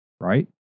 right